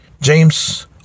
James